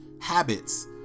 habits